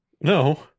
No